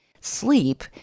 Sleep